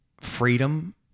freedom